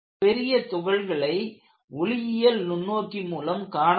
பெரிய துகள்களை ஒளியியல் நுண்ணோக்கி மூலம் காண முடியும்